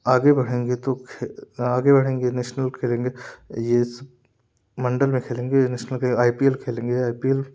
आगे बढ़ेंगे तो आगे बढ़ेंगे नेशनल खेलेंगे ये मंडल में खेलेंगे नेशनल के आई पी एल खेलेंगे आई पी एल